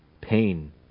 pain